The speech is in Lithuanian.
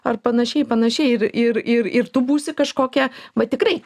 ar panašiai panašiai ir ir ir ir tu būsi kažkokia va tikrai